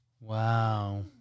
Wow